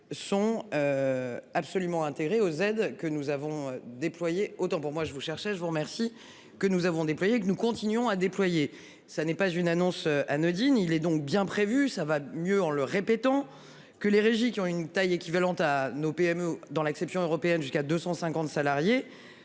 sont. Absolument intégrer aux aides que nous avons déployé autant pour moi, je vous cherchais je vous remercie. Que nous avons déployés que nous continuons à déployer. Ça n'est pas une annonce anodine. Il est donc bien prévue. Ça va mieux en le répétant que les régies qui ont une taille équivalente à nos PME. Dans l'acception européenne jusqu'à 250 salariés